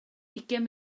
ugain